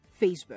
Facebook